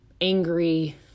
angry